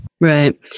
Right